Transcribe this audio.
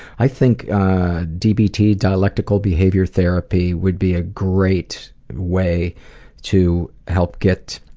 i think dbt dialectical behavioral therapy would be a great way to help get